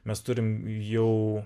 mes turim jau